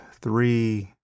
three